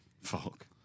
Fuck